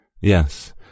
Yes